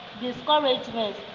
Discouragement